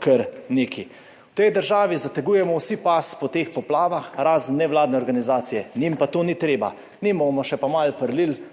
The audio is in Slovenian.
kar nekaj v tej državi zategujemo vsi pas po teh poplavah, razen nevladne organizacije, njim pa to ni treba, njim bomo še pa malo prilili,